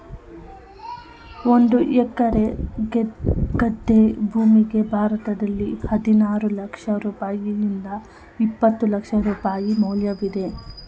ಒಂದು ಎಕರೆ ಗದ್ದೆ ಭೂಮಿಗೆ ಭಾರತದಲ್ಲಿ ಹದಿನಾರು ಲಕ್ಷ ರೂಪಾಯಿಯಿಂದ ಇಪ್ಪತ್ತು ಲಕ್ಷ ರೂಪಾಯಿ ಮೌಲ್ಯವಿದೆ